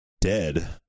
dead